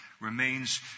Remains